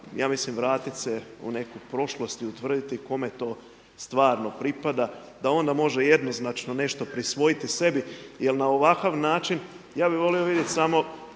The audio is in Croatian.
ja mislim vratit se u neku prošlost i utvrditi kome to stvarno pripada, da onda može jednoznačno nešto prisvojiti sebi jer na ovakav način ja bih volio vidjeti samo